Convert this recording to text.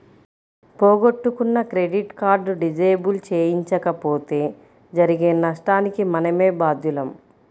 పోగొట్టుకున్న credit card disable చేయించకపోతే జరిగే నష్టానికి మనమే బాధ్యులం